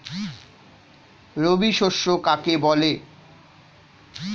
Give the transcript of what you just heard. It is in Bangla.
রবি শস্য কাকে বলে?